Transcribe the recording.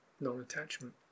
non-attachment